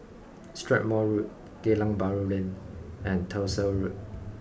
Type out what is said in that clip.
Strathmore Road Geylang Bahru Lane and Tyersall Road